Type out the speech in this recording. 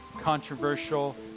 controversial